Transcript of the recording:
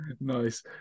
nice